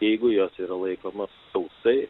jeigu jos yra laikomos sausai